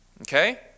Okay